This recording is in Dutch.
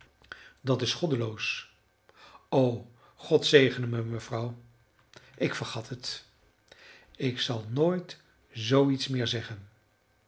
dat is goddeloos o god zegene me mevrouw ik vergat het ik zal nooit zoo iets meer zeggen